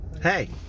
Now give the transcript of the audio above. Hey